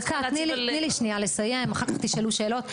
דקה, תני לי שנייה לסיים, אחר כך תשאלו שאלות.